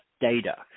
data